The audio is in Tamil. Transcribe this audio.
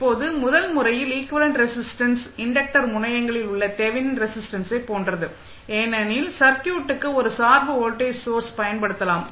இப்போது முதல் முறையில் ஈக்வலேன்ட் ரெஸிஸ்டன்ஸ் இன்டக்டர் முனையங்களில் உள்ள தெவெனின் ரெஸிஸ்டன்ஸைப் போன்றது ஏனெனில் சர்க்யூட்டுக்கு ஒரு சார்பு வோல்டேஜ் சோர்ஸ் பயன்படுத்தலாம்